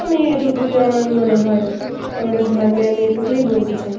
আমি এটুকুই আমার মনে হয় আমাদের ধর্মে আমি এটুকুই বলতে চাই